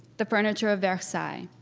the furniture of versailles,